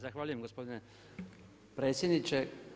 Zahvaljujem gospodine predsjedniče.